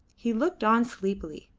he looked on sleepily.